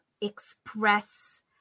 express